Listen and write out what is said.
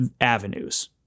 avenues